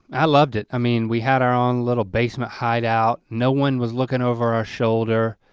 i loved it, i mean, we had our own little basement hideout, no one was looking over our shoulder.